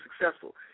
successful